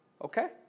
Okay